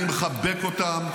אני מחבק אותם,